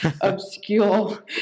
obscure